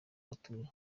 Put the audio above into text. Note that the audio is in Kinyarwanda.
batuye